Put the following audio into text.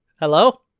Hello